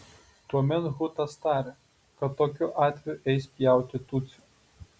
tuomet hutas tarė kad tokiu atveju eis pjauti tutsio